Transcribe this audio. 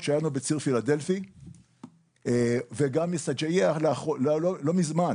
שהיה לנו בציר פילדלפי וגם מסג'עיה לא מזמן,